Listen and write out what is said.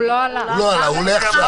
הוא לא עלה, הוא עולה עכשיו.